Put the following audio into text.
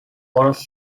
forest